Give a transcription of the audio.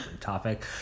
topic